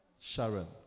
Sharon